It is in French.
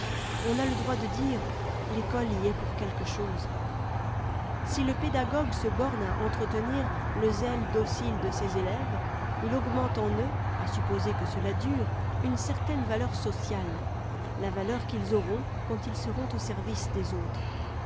on a le droit de dire a l'ecole y est pour quelque chose si le pédagogue se borne à entretenir le zèle docile de ses élèves il augmente en eux à supposer que cela dure une certaine valeur sociale la valeur qu'ils auront quand ils seront au service des autres